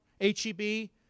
H-E-B